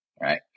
right